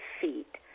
feet